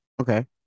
Okay